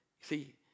See